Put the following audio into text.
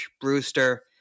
Brewster